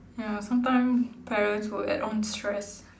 ya sometime parents will add on stress